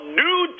new